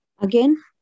Again